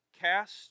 Cast